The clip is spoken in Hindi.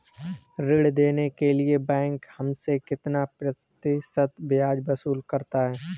ऋण देने के लिए बैंक हमसे कितना प्रतिशत ब्याज वसूल करता है?